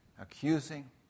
accusing